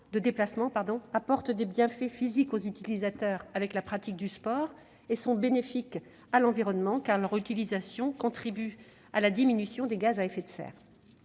apportent des bienfaits physiques aux utilisateurs, au travers de la pratique du sport. Ils sont bénéfiques à l'environnement, car leur utilisation contribue à la diminution des gaz à effets de serre.